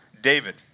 David